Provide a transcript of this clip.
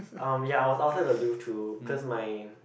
um ya I was outside the Louvre too because my